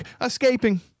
escaping